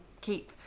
keep